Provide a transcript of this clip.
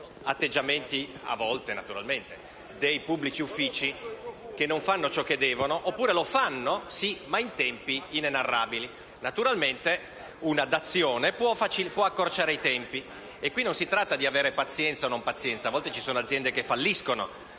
atteggiamenti dei pubblici uffici, che non fanno ciò che devono oppure lo fanno in tempi inenarrabili. Naturalmente una dazione può accorciare i tempi. E qui non si tratta di avere o non avere pazienza; a volte ci sono aziende che falliscono,